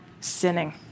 sinning